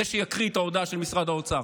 זה שיקריא את ההודעה של משרד האוצר.